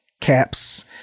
caps